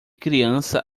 criança